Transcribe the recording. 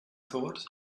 thought